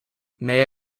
may